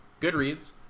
Goodreads